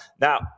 Now